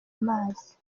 amazi